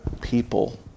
people